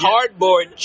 Cardboard